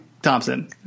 Thompson